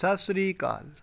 ਸਤਿ ਸ਼੍ਰੀ ਅਕਾਲ